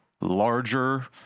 larger